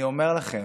אני אומר לכם: